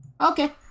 Okay